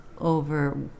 over